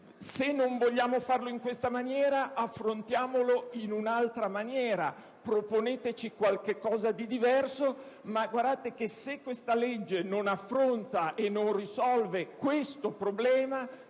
Se non vogliamo farlo in questa maniera, facciamolo in un'altra: proponeteci qualcosa di diverso. Ma, badate bene, se questa legge non affronta e risolve questo problema,